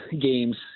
games